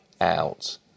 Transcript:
out